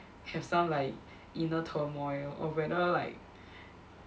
have some like inner turmoil over you know like